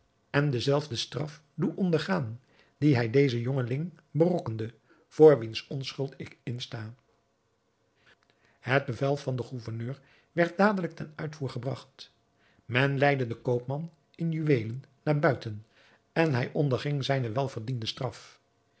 en de zelfde straf doe ondergaan die hij dezen jongeling berokkende voor wiens onschuld ik insta het bevel van den gouverneur werd dadelijk ten uitvoer gebragt men leidde den koopman in juweelen naar buiten en hij onderging zijne welverdiende straf